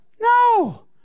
No